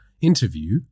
interview